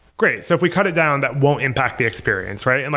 great. so if we cut it down, that won't impact the experience, right? and